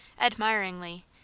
admiringly